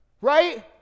right